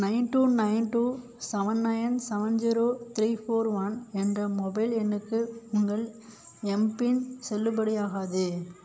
nine two nine two seven nine seven zero three four one என்ற mobile எண்ணுக்கு உங்கள் எம்பின் செல்லுபடியாகாது